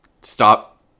stop